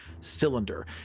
cylinder